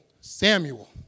Samuel